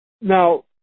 Now